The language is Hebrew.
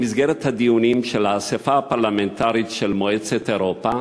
במסגרת הדיונים של האספה הפרלמנטרית של מועצת אירופה.